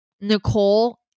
Nicole